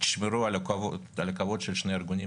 תשמרו על הכבוד של שני הארגונים,